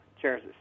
chairs